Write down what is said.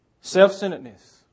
Self-centeredness